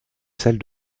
celle